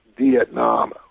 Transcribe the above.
Vietnam